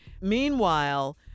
Meanwhile